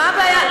מה הבעיה?